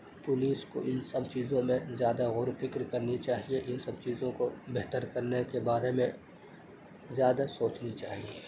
police کو ان سب چیزوں میں زیادہ غور و فکر کرنی چاہیے ان سب چیزوں کو بہتر کرنے کے بارے میں زیادہ سوچنی چاہیے